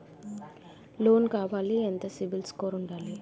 Loan కావాలి ఎంత CIBIL score ఉండాలి?